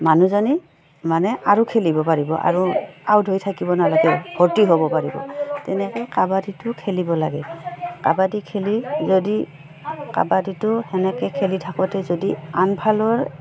মানুহজনী মানে আৰু খেলিব পাৰিব আৰু আউট হৈ থাকিব নালাগে ভৰ্তি হ'ব পাৰিব তেনেকৈ কাবাডীটো খেলিব লাগে কাবাডী খেলি যদি কাবাডীটো তেনেকৈ খেলি থাকোঁতে যদি আনফালৰ